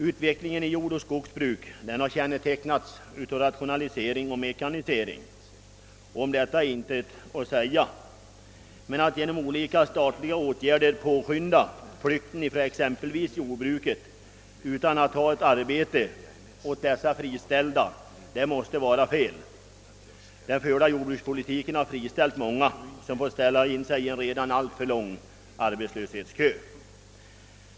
Utvecklingen inom jordoch skogsbruket har kännetecknats av rationalisering och mekanisering. Om detta är inget att säga, men att genom olika statliga åtgärder påskynda flykten från exempelvis jordbruket utan att kunna ge arbete åt de friställda måste vara fel. Den förda jordbrukspolitiken har friställt många som fått ställa in sig i en redan alltför lång arbetslöshetskö.